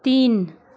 तिन